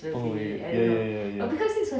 oh wait ya ya ya ya